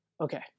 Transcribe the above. Okay